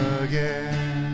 again